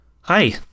Hi